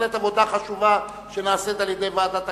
בהחלט עבודה חשובה שנעשית על-ידי ועדת הכנסת.